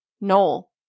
Noel